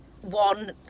One